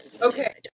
Okay